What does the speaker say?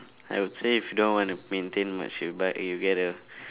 I would say if you don't want to maintain much you buy eh you get a